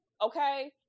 Okay